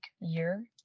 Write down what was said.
year